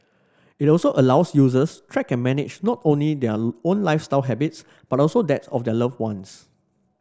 it also allows users track and manage not only their own lifestyle habits but also that of their loved ones